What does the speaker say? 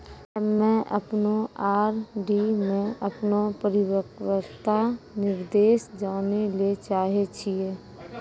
हम्मे अपनो आर.डी मे अपनो परिपक्वता निर्देश जानै ले चाहै छियै